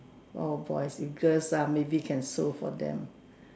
oh boy see girls ah maybe can sew for them